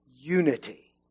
unity